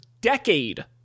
decade